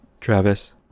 Travis